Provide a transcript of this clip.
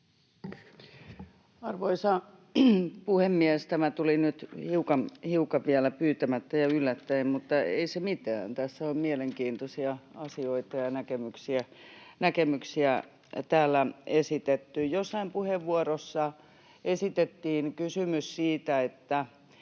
Arvoisa puhemies! Tämä tuli nyt hiukan vielä pyytämättä ja yllättäen, mutta ei se mitään, tässä on mielenkiintoisia asioita ja näkemyksiä esitetty. Jossain puheenvuorossa esitettiin kysymys siitä,